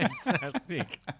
fantastic